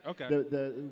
Okay